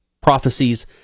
prophecies